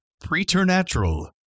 preternatural